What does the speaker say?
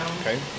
Okay